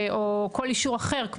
או כל אישור אחר,